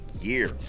year